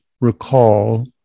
recall